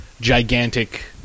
gigantic